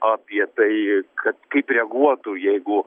apie tai kad kaip reaguotų jeigu